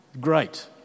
Great